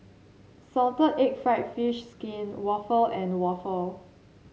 Salted Egg fried fish skin waffle and waffle